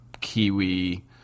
kiwi